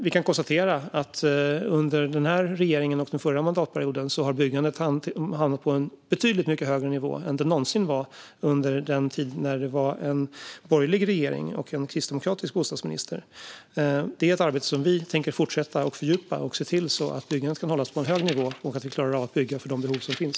Vi kan konstatera att under den här regeringen och den förra mandatperioden har byggandet hamnat på en betydligt högre än nivå än det någonsin var under den tid då det var en borgerlig regering och en kristdemokratisk bostadsminister. Detta är ett arbete som vi tänker fortsätta att fördjupa. Vi ska se till att byggandet kan hållas på en hög nivå och att vi klarar av att bygga för de behov som finns.